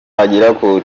itari